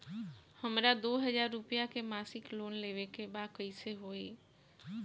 हमरा दो हज़ार रुपया के मासिक लोन लेवे के बा कइसे होई?